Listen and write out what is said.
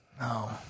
No